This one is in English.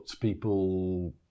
people